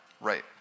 right